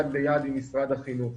יד ביד, עם משרד החינוך